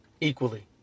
equally